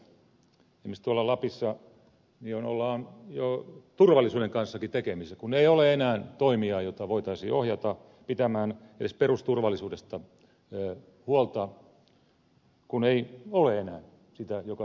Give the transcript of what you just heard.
esimerkiksi tuolla lapissa ollaan jo turvallisuuden kanssakin tekemisissä kun ei ole enää toimijaa jota voitaisiin ohjata pitämään edes perusturvallisuudesta huolta kun ei ole enää sitä joka sen tekisi